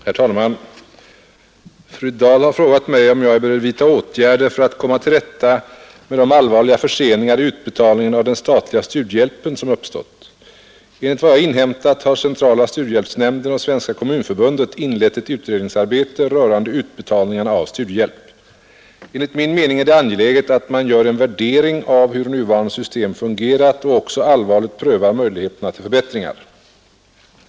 Herr talman! Fru Dahl har frågat mig, om jag är beredd vidta åtgärder för att komma till rätta med de allvarliga förseningar i utbetalningen av den statliga studiehjälpen som uppstått. Enligt vad jag inhämtat har centrala studiehjälpsnämnden och Svenska kommunförbundet inlett ett utredningsarbete rörande utbetalningarna av studiehjälp. Enligt min mening är det angeläget att man gör en värdering av hur nuvarande system fungerat och också allvarligt prövar möjligheterna till förbättringar.